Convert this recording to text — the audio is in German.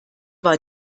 war